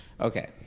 Okay